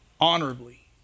honorably